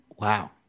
Wow